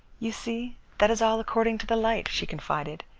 you see, that is all according to the light, she confided.